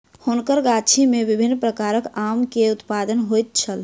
हुनकर गाछी में विभिन्न प्रकारक आम के उत्पादन होइत छल